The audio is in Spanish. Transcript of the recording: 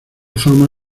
fama